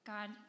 God